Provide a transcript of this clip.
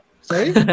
Sorry